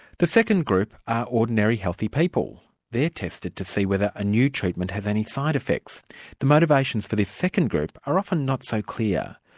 the second group are ordinary healthy people. they're tested to see whether a new treatment has any side-effects. the motivations for this second group are often not so clear.